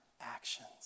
actions